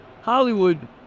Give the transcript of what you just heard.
Hollywood